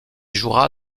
jouera